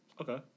Okay